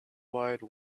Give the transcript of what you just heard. wide